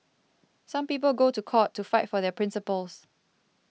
some people go to court to fight for their principles